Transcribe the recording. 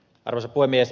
arvoisa puhemies